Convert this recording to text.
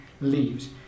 leaves